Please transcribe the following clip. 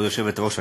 גברתי היושבת-ראש,